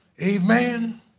Amen